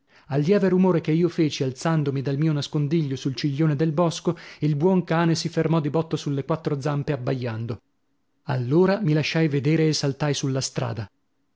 al lieve rumore che io feci alzandomi dal mio nascondiglio sul ciglione del bosco il buon cane si fermò di botto sulle quattro zampe abbaiando allora mi lasciai vedere e saltai sulla strada